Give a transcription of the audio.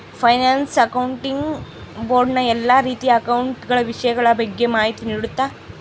finance accounting board ನ ಎಲ್ಲಾ ರೀತಿಯ ಅಕೌಂಟ ಗಳ ವಿಷಯಗಳ ಬಗ್ಗೆ ಮಾಹಿತಿ ನೀಡುತ್ತ